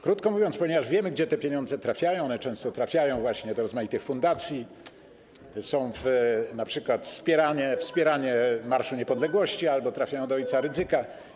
Krótko mówiąc, ponieważ wiemy, gdzie te pieniądze trafiają, one często trafiają właśnie do rozmaitych fundacji, chodzi np. o wspieranie Marszu Niepodległości, albo trafiają do o. Rydzyka.